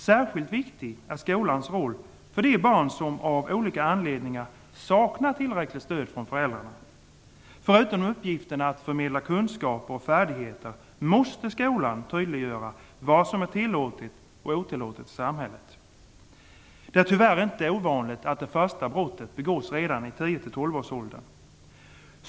Särskilt viktig är skolans roll för de barn som av olika anledningar saknar tillräckligt stöd från föräldrarna. Förutom uppgiften att förmedla kunskaper och färdigheter måste skolan tydliggöra vad som är tillåtet och otillåtet i samhället. Det är tyvärr inte ovanligt att det första brottet begås redan i 10-12-årsåldern.